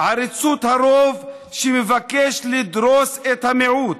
עריצות הרוב, שמבקש לדרוס את המיעוט,